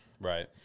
Right